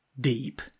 deep